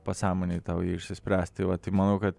pasąmonėj tau ji išsispręstų tai vat manau kad